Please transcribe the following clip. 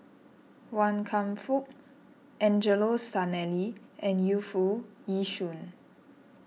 Wan Kam Fook Angelo Sanelli and Yu Foo Yee Shoon